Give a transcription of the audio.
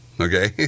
okay